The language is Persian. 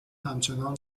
همچنان